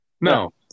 no